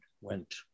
went